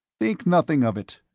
think nothing of it.